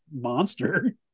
monster